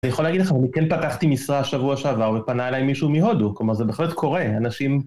אני יכול להגיד לכם, אני כן פתחתי משרה בשבוע שעבר ופנה עליי מישהו מהודו. כלומר, זה בהחלט קורה, אנשים...